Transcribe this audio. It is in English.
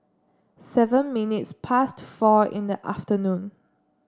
seven minutes past four in the afternoon